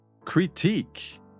critique